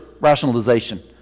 rationalization